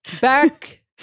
Back